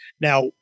Now